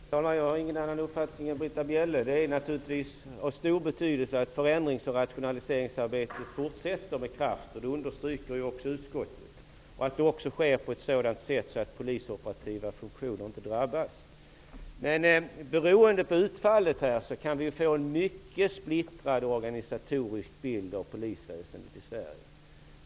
Herr talman! Jag har på den punkten ingen annan uppfattning än Britta Bjelle. Det är naturligtvis av stor betydelse att förändrings och rationaliseringsarbetet fortsätter med kraft, det understryker ju också utskottet, och att det också sker på ett sådant sätt så att polisoperativa funktioner inte drabbas. Beroende på utfallet kan vi emellertid få ett organisatoriskt mycket splittrat polisväsende i Sverige.